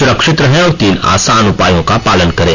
सुरक्षित रहें और तीन आसान उपायों का पालन करें